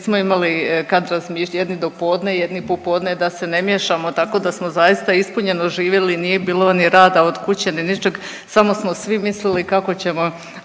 nismo imali kad razmišljati jedni dopodne, jedni popodne da se ne miješamo tako da smo zaista ispunjeno živjeli, nije bilo ni rada od kuće ni ničeg samo smo svi mislili kako ćemo